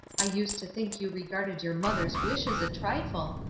i used to think you regarded your mother's wishes a trifle,